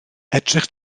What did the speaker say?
edrych